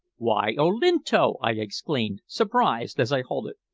why, olinto! i exclaimed, surprised, as i halted.